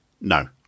No